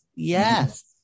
Yes